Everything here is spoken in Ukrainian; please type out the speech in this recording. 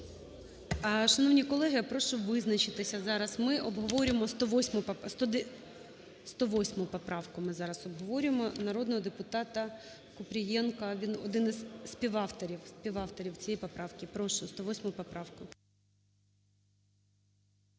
Шановні колеги, я прошу визначитися. Зараз ми обговорюємо… 108 поправку ми зараз обговорюємо народного депутатаКупрієнка, він один із співавторів цієї поправки. Прошу, 108 поправку.